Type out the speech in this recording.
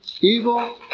evil